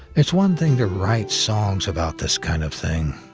it's one thing to write songs about this kind of thing,